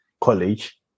college